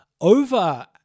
over